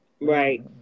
Right